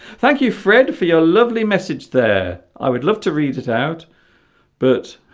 thank you fred for your lovely message there i would love to read it out but